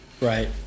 Right